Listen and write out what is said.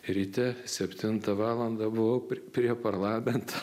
ryte septintą valandą buvau prie parlamento